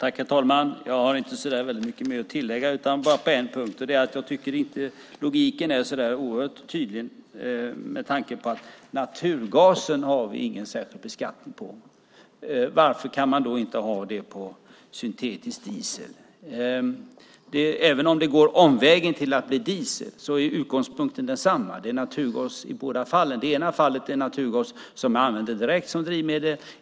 Herr talman! Jag har inte så väldigt mycket mer att tillägga, men på en punkt tycker jag inte att logiken är så oerhört tydlig med tanke på att vi inte har någon särskild beskattning på naturgasen. Varför kan man inte behandla syntetisk diesel på samma sätt? Även om det går omvägen till att bli diesel är utgångspunkten densamma. Det är naturgas i båda fallen. I ena fallet är det naturgas som man använder direkt som drivmedel.